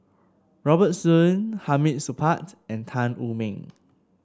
Robert Soon Hamid Supaat and Tan Wu Meng